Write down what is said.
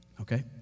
Okay